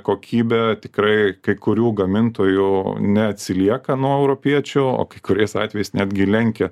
kokybė tikrai kai kurių gamintojų neatsilieka nuo europiečių o kai kuriais atvejais netgi lenkia